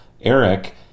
Eric